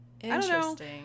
Interesting